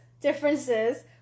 differences